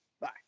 Bye